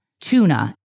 tuna